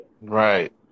Right